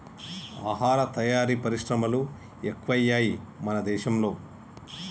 ఆహార తయారీ పరిశ్రమలు ఎక్కువయ్యాయి మన దేశం లో